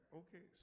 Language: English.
okay